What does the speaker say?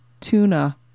tuna